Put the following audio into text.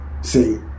See